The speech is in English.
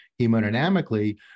hemodynamically